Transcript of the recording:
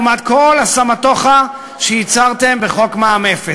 לעומת כל הסמטוחה שיצרתם בחוק מע"מ אפס.